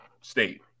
State